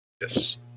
Yes